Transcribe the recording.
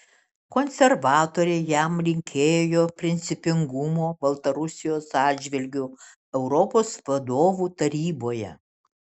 konservatoriai jam linkėjo principingumo baltarusijos atžvilgiu europos vadovų taryboje